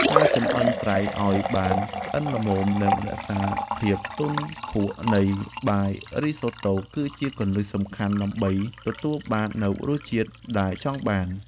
ការចម្អិនត្រីឱ្យបានឆ្អិនល្មមនិងរក្សាភាពទន់ភក់នៃបាយរីសូតូគឺជាគន្លឹះសំខាន់ដើម្បីទទួលបាននូវរសជាតិដែលចង់បាន។